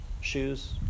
shoes